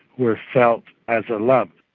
were felt as a lump.